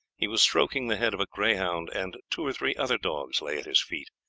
he was stroking the head of a greyhound, and two or three other dogs lay at his feet.